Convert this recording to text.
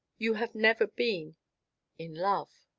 you have never been in love?